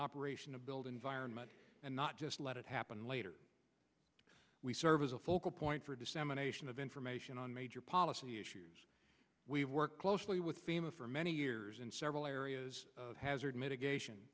operation of build environment and not just let it happen later we serve as a focal point for dissemination of information on major policy issues we work closely with fema for many years in several areas hazard mitigation